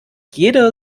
jeder